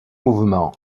mouvement